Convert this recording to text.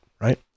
right